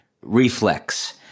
reflex